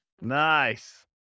Nice